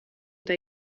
eta